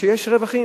הוא שיש רווחים